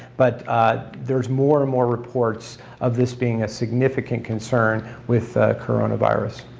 but there's more and more reports of this being a significant concern with coronavirus.